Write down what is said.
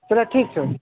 चलऽ ठीक छऽ